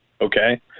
okay